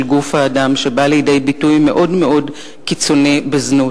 גוף האדם שבא לידי ביטוי מאוד מאוד קיצוני בזנות.